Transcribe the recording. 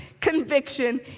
conviction